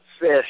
fish